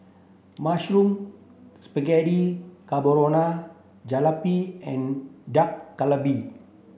mushroom Spaghetti Carbonara Jalebi and Dak Galbi